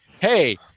hey